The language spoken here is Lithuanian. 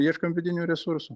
ieškom vidinių resursų